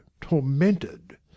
tormented